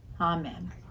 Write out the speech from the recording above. Amen